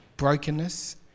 brokenness